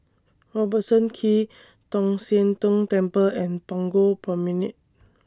Robertson Quay Tong Sian Tng Temple and Punggol Promenade